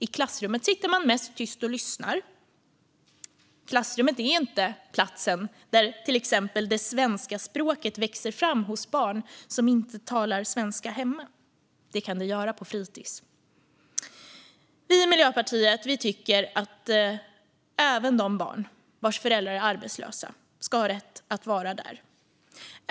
I klassrummet sitter man mest tyst och lyssnar. Klassrummet är inte platsen där till exempel det svenska språket växer fram hos barn som inte talar svenska hemma. Men det kan det göra på fritis. Vi i Miljöpartiet tycker att även de barn vars föräldrar är arbetslösa ska ha rätt att vara där.